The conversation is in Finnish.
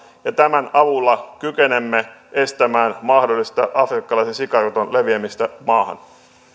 tämän avulla kykenemme estämään mahdollista afrikkalaisen sikaruton leviämistä maahan